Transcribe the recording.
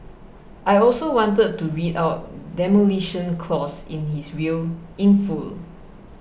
I also wanted to read out Demolition Clause in his will in full